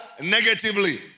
negatively